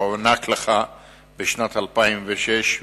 שהוענק לך בשנת 2006,